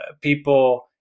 people